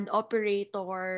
operator